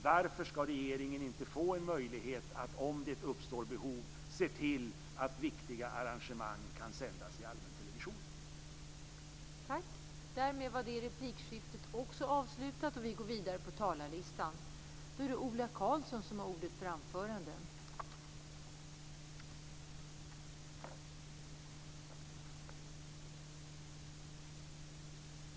Varför skall regeringen inte få en möjlighet att se till att viktiga arrangemang kan sändas i allmäntelevisionen om det uppstår behov?